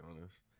honest